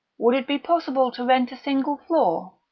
would it be possible to rent a single floor?